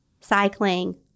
cycling